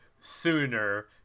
sooner